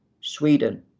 Sweden